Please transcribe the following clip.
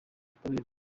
ubutabera